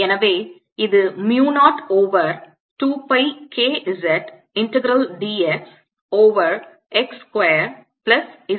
எனவே இது mu 0 over 2 pi K z integral dx over x square plus z square raised to 1